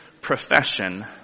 profession